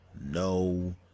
no